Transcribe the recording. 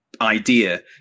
idea